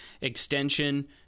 extension